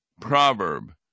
proverb